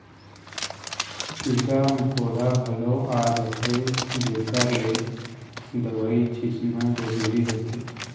कीरा मकोड़ा घलौ आ जाथें जेकर ले दवई छींचना जरूरी होथे